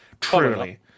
Truly